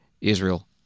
Israel